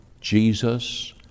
Jesus